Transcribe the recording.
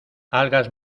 algas